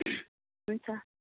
हुन्छ